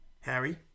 Harry